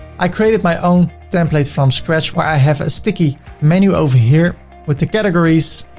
i created my own templates from scratch, where i have a sticky menu over here with the categories.